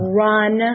run